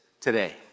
today